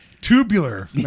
tubular